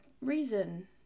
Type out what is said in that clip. reason